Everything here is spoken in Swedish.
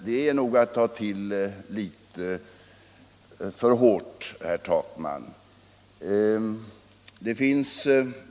Det är nog att ta till litet för hårt, herr Takman.